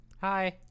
Hi